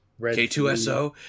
K2SO